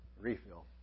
Refill